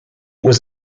was